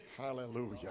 hallelujah